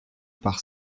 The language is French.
par